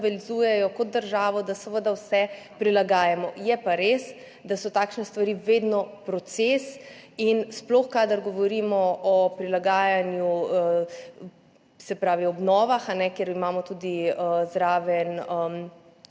kot državo, da seveda vse prilagajamo. Je pa res, da so takšne stvari vedno proces, sploh kadar govorimo o prilagajanju, se pravi o obnovah, kjer imamo zraven